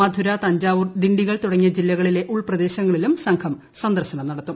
മധുര തഞ്ചാവൂർ ദിണ്ടിഗൽ തുടങ്ങിയ ജില്ലകളിലെ ഉൾപ്രദേശങ്ങളിലും സംഘം സന്ദർശനം നടത്തും